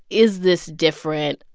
is this different?